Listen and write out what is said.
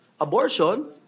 abortion